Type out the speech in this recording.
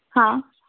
ಹಾಂ